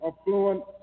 affluent